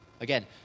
Again